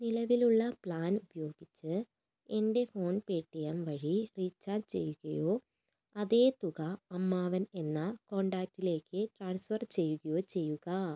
നിലവിലുള്ള പ്ലാൻ ഉപയോഗിച്ച് എൻ്റെ ഫോൺ പേടിഎം വഴി റീചാർജ് ചെയ്യുകയോ അതേ തുക അമ്മാവൻ എന്ന കോൺടാക്റ്റിലേക്ക് ട്രാൻസ്ഫർ ചെയ്യുകയോ ചെയ്യുക